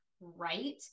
right